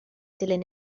dilyn